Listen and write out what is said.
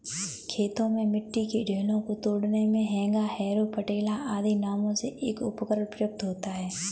खेतों में मिट्टी के ढेलों को तोड़ने मे हेंगा, हैरो, पटेला आदि नामों से एक उपकरण प्रयुक्त होता है